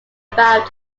about